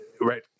right